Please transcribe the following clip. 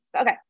okay